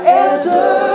answer